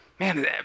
man